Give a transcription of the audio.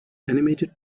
animated